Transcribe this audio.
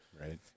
right